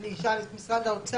אני אשאל את משרד האוצר.